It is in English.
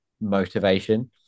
motivation